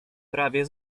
prawie